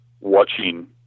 watching